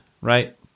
right